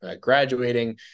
Graduating